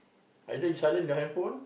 either you silent your handphone